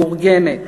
מאורגנת".